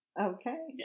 Okay